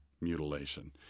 mutilation